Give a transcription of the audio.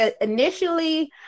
initially